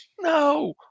No